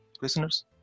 listeners